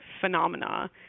phenomena